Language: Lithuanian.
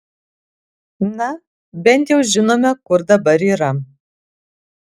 na bent jau žinome kur dabar yra